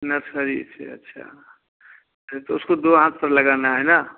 nursery से अच्छा त तो उसको दो हाथ पर लगाना है ना